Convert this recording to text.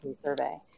survey